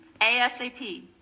ASAP